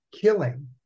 killing